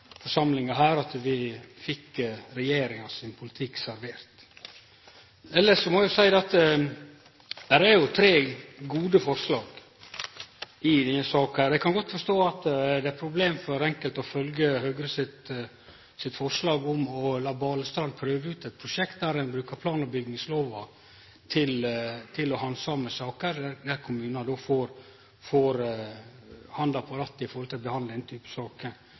forsamlinga her at vi fikk regjeringa sin politikk servert. Elles må eg seie at det er jo tre gode forslag i denne saka. Eg kan godt forstå at det er eit problem for enkelte å følgje Høgre sitt forslag om å la Balestrand prøve ut eit prosjekt, der ein brukar plan- og bygningslova til å handsame saker, når kommunane får handa på rattet i forhold til å behandle den typen saker.